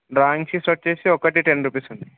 drawing sheets వచ్చేసి ఒకటి ten rupees ఉంది